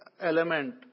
element